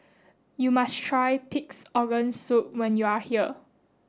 you must try pig's organ soup when you are here